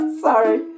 Sorry